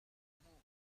hmuh